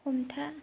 हमथा